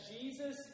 Jesus